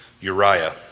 Uriah